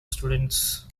students